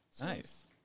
Nice